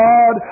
God